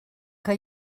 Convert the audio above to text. que